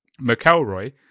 mcelroy